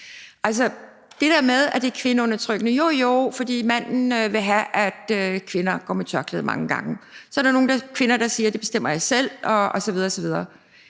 og det der med, at det er kvindeundertrykkende . Man siger, at manden mange gange vil have, at kvinder går med tørklæde, og så er der nogle kvinder, der siger, at det bestemmer de selv, osv.